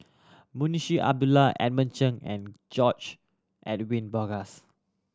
Munshi Abdullah Edmund Cheng and George Edwin Bogaars